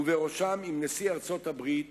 ובראשם עם נשיא ארצות-הברית